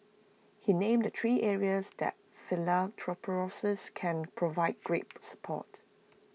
he named the three areas that philanthropists can provide great support